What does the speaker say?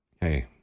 Hey